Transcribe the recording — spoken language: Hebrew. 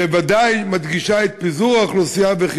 ובוודאי מדגישה את פיזור האוכלוסייה ואת